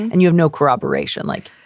and you have no corroboration like.